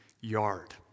yard